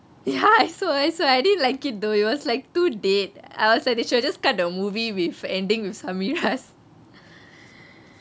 ya I also I also I didn't like it though it was like too dead I was like they should have just cut the movie with ending with sameera's